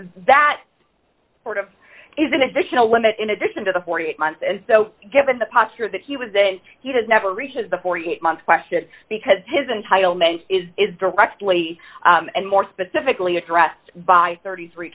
that sort of is an additional limit in addition to the forty eight months and so given the posture that he was that he has never reaches the forty eight month question because his entitlement is directly and more specifically addressed by thirty three